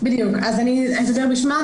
אני אדבר בשמה.